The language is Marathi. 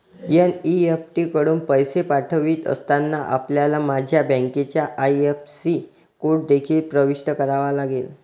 एन.ई.एफ.टी कडून पैसे पाठवित असताना, आपल्याला माझ्या बँकेचा आई.एफ.एस.सी कोड देखील प्रविष्ट करावा लागेल